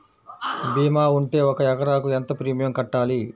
భీమా ఉంటే ఒక ఎకరాకు ఎంత ప్రీమియం కట్టాలి?